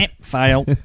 Fail